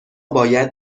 باید